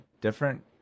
different